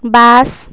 bus